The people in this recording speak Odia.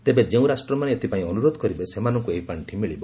ତେବେ ଯେଉଁ ରାଷ୍ଟ୍ରମାନେ ଏଥିପାଇଁ ଅନୁରୋଧ କରିବେ ସେମାନଙ୍କୁ ଏହି ପାଣ୍ଡି ମିଳିବ